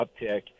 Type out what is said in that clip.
uptick